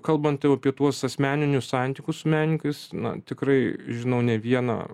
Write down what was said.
kalbant jau apie tuos asmeninius santykius su menininkais na tikrai žinau ne vieną